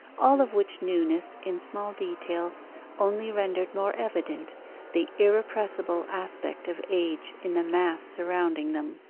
all of which newness in small details only rendered more evident the irrepressible aspect of age in the mass surrounding them.